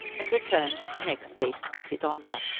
and returned the next day to fit it on her.